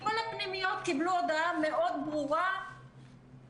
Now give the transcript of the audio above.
כל הפנימיות קיבלו הודעה מאוד ברורה איזה